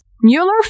Mueller